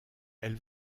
elle